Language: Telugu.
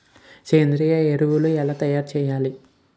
సేంద్రీయ ఎరువులు ఎలా తయారు చేయాలి?